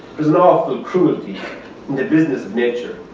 there's an awful cruelty in the business of nature,